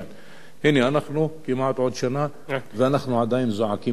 אנחנו כמעט עוד שנה ואנחנו עדיין זועקים את הזעקה הזאת,